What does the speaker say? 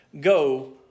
go